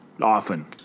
often